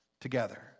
together